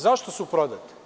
Zašto su prodate?